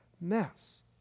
mess